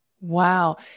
Wow